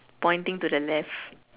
pointing to the left